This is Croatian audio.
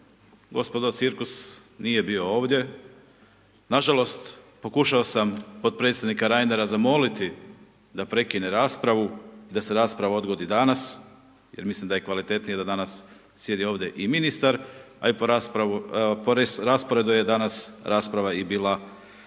gospodo, cirkus nije bio ovdje, nažalost pokušao sam potpredsjednika Reinera zamoliti da prekine raspravu, da se rasprava odgodi danas jer mislim da je kvalitetnije da danas sjede ovdje i ministar a i po rasporedu je danas rasprava bila i